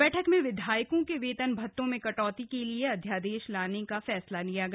बैठक में विधायकों के वेतन भत्तों में कटौती के लिए अध्यादेश लाने का फैसला लिया गया